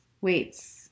Weights